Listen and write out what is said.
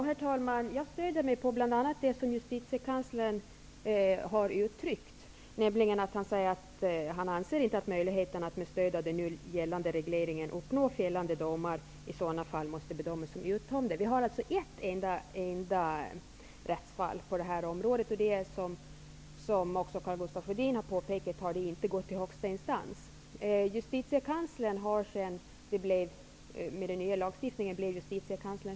Herr talman! Jag stödjer mig bl.a. på det som justitiekanslern har uttryckt, nämligen att han inte anser att möjligheterna att med stöd av den nuvarande regleringen uppnå fällande domar i sådana fall måste bedömas som uttömda. Vi har ett enda rättsfall på området, och som Karl Gustaf Sjödin har påpekat har det inte gått till högsta instans. I och med den nya lagstiftningen har detta blivit en fråga för justitiekanslern.